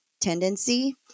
tendency